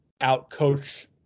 out-coach